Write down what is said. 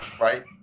right